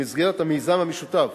במסגרת המיזם המשותף